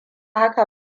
haka